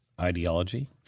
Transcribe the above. ideology